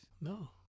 No